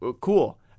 cool